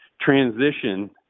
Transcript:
transition